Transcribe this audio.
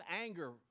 anger